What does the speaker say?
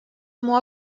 ему